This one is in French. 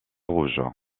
rouges